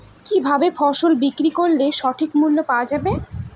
কি ভাবে ফসল বিক্রয় করলে সঠিক মূল্য পাওয়া য়ায়?